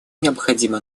необходимо